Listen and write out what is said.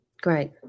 great